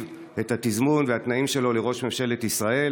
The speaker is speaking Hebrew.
את התזמון והתנאים שלו לראש ממשלת ישראל,